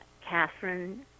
Catherine